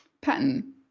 pattern